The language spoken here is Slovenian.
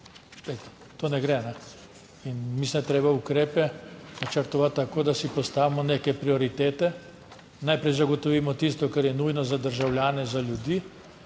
to ne gre. In mislim, da je treba ukrepe načrtovati tako, da si postavimo neke prioritete. Najprej zagotovimo tisto, kar je nujno za državljane, za ljudi,